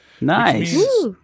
Nice